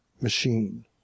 machine